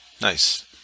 Nice